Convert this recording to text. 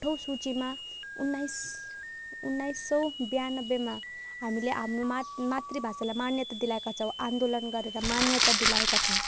आठौँ सूचीमा उन्नाइस उन्नाइस सय ब्यानब्बेमा हामीले हाम्रो मा मातृ भाषालाई मान्यता दिलाएका छौँ आन्दोलन गरेर मान्यता दिलाएका छौँ